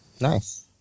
Nice